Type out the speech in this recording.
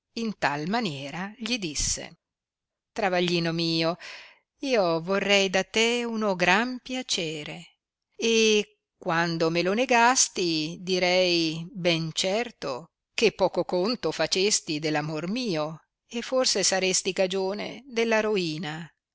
in tal maniera gli disse travaglino mio io vorrei da te uno gran piacere e quando me lo negasti direi ben certo che poco conto facesti dell amor mio e forse saresti cagione della roina